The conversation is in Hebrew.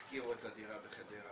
השכירו את הדירה בחדרה,